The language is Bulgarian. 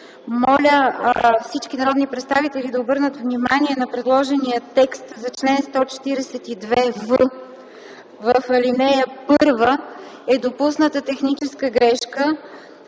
Моля всички народни представители да обърнат внимание на предложения текст за чл. 142в, в ал. 1 е допусната техническа грешка: